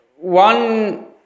one